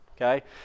okay